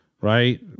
Right